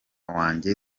wanjye